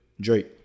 Drake